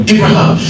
Abraham